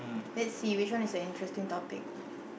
let's see which one is an interesting topic